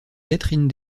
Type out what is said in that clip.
catherine